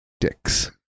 dicks